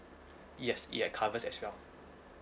yes it covers as well